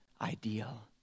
ideal